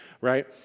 right